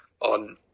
on